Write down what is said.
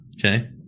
okay